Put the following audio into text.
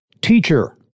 teacher